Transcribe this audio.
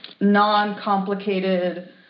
non-complicated